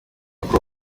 uko